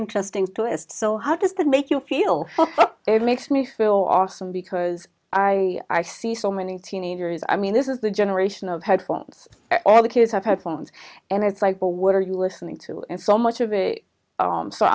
interesting twist so how does that make you feel it makes me feel awesome because i i see so many teenagers i mean this is the generation of headphones all the kids have had phones and it's like well what are you listening to and so much of it so so